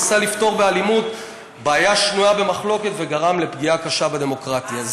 ניסה לפתור באלימות בעיה שנויה במחלוקת וגרם לפגיעה קשה בדמוקרטיה.